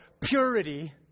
purity